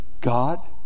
God